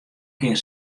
kear